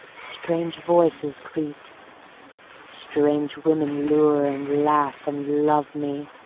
strange voices greet strange women lure and laugh and love me,